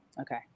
Okay